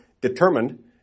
determined